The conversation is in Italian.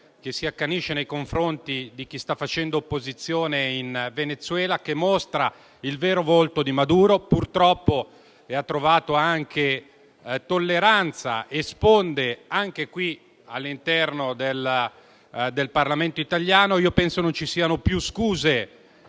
ci si accanisce nei confronti di chi sta facendo opposizione in Venezuela e che mostra il vero volto di Maduro, il quale purtroppo ha trovato tolleranza e sponde anche all'interno del Parlamento italiano. Penso che non ci siano più scuse